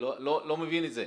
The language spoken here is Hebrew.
לא מבין את זה.